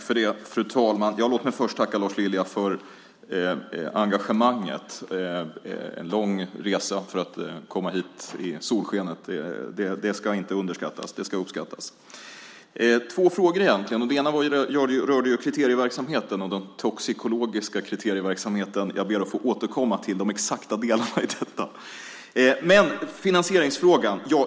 Fru talman! Låt mig först tacka Lars Lilja för engagemanget. Det är en lång resa i solskenet för att komma hit. Det ska inte underskattas utan uppskattas. Jag fick två frågor. Den ena rörde den toxikologiska kriterieverksamheten. Jag ber att få återkomma till de exakta delarna i detta! Sedan var det finansieringsfrågan.